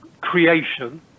creation